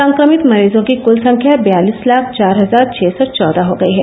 संक्रमित मरीजों की कृल संख्या बयालिस लाख चार हजार छ सौ चौदह हो गई हैं